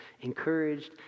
encouraged